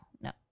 no